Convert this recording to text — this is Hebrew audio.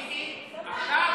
מיקי, עכשיו,